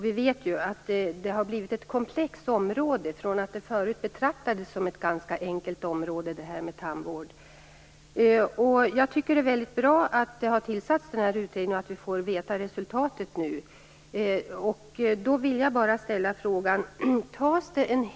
Vi vet att det har blivit ett komplext område från att det förut betraktades som ett ganska enkelt område. Jag tycker att det är väldigt bra att en utredning har tillsatts och att vi nu får resultatet.